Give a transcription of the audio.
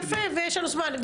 יפה, ויש לנו זמן.